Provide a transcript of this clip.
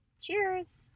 Cheers